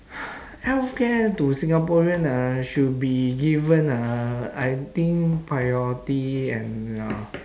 healthcare to singaporean ah should be given ah I think priority and ya